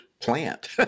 plant